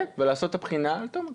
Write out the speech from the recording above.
כן, ולעשות את הבחינה על תומקס.